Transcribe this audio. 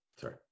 sorry